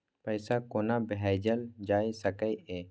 पैसा कोना भैजल जाय सके ये